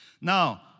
Now